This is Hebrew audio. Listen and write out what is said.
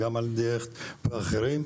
על ידך ועל ידי אחרים.